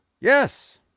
Yes